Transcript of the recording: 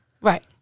Right